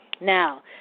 Now